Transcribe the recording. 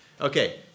Okay